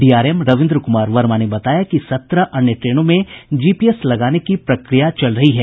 DRM Ravindra Kumar Verma ने बताया कि सत्रह अन्य ट्रेनों में जीपीएस लगाने की प्रक्रिया चल रही है